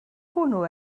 hwnnw